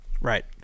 Right